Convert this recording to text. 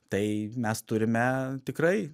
tai mes turime tikrai